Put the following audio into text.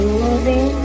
moving